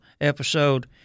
episode